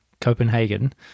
Copenhagen